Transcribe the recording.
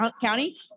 County